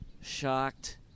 shocked